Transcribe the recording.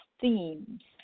themes